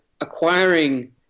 acquiring